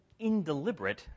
indeliberate